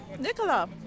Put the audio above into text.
Nicola